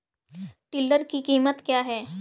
Tiller की कीमत क्या है?